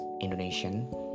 Indonesian